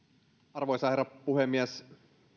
arvoisa herra puhemies